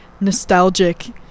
nostalgic